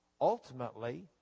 Ultimately